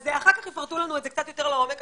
אז אחר כך יפרטו לנו את זה קצת יותר לעומק,